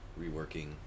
reworking